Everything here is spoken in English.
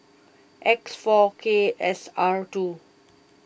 X four K S R two